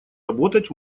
работать